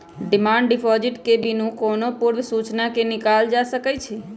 demand deposit के बिनु कोनो पूर्व सूचना के निकालल जा सकइ छै